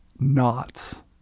knots